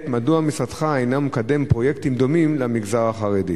מדוע משרדך אינו מקדם פרויקטים דומים למגזר החרדי?